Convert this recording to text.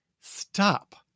Stop